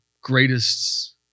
greatest